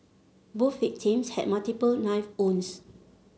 both victims had multiple knife wounds